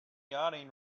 yachting